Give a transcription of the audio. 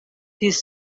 his